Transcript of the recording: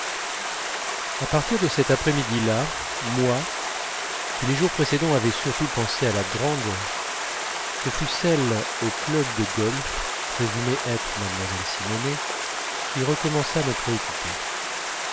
à partir de cet après midi là moi qui les jours précédents avais surtout pensé à la grande ce fut celle aux clubs de golf présumée être mlle simonet qui recommença à me préoccuper